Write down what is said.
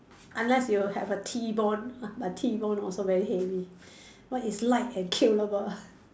unless you have a T bone but T bone also very heavy what is light and killable